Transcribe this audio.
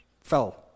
fell